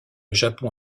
japon